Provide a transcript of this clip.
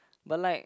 but like